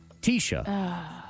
Tisha